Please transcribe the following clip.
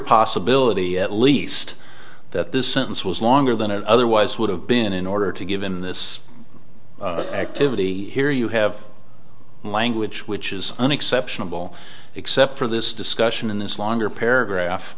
possibility at least that this sentence was longer than it otherwise would have been in order to give in this activity here you have language which is unexceptionable except for this discussion in this longer paragraph